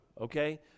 okay